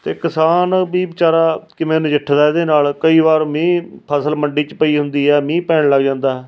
ਅਤੇ ਕਿਸਾਨ ਵੀ ਵਿਚਾਰਾ ਕਿਵੇਂ ਨਜਿੱਠਦਾ ਇਹਦੇ ਨਾਲ ਕਈ ਵਾਰ ਮੀਂਹ ਫਸਲ ਮੰਡੀ 'ਚ ਪਈ ਹੁੰਦੀ ਹੈ ਮੀਂਹ ਪੈਣ ਲੱਗ ਜਾਂਦਾ